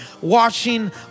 watching